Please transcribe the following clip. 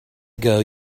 ago